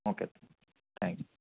okay thank